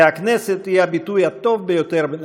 והכנסת היא הביטוי הטוב ביותר לכך.